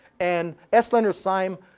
and s leonard syme,